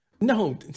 No